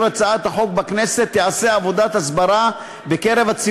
הצעת החוק בכנסת תיעשה עבודת הסברה בציבור,